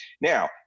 Now